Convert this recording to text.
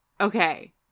Okay